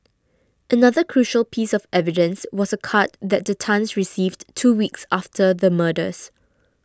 another crucial piece of evidence was a card that the Tans received two weeks after the murders